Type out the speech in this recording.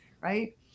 right